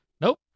Nope